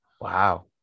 Wow